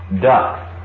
duck